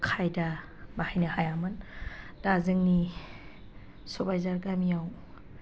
खायदा बाहायनो हायामोन दा जोंनि सबायझार गामियाव